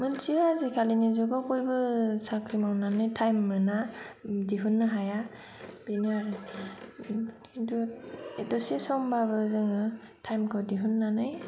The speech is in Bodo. मानसिया आजिखालिनि जुगाव बयबो साख्रि मावनानै टाइम मोना दिहुन्नो हाया बेनो आरो किनथु दसे समबाबो जोङो टाइमखौ दिहुन्नानै